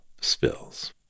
spills